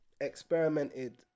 experimented